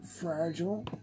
fragile